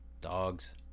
dogs